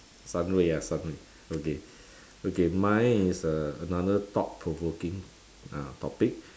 okay okay mine is uh another thought provoking uh topic